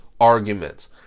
arguments